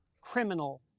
criminal